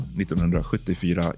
1974